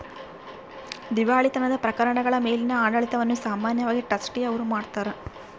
ದಿವಾಳಿತನದ ಪ್ರಕರಣಗಳ ಮೇಲಿನ ಆಡಳಿತವನ್ನು ಸಾಮಾನ್ಯವಾಗಿ ಟ್ರಸ್ಟಿ ಅವ್ರು ಮಾಡ್ತಾರ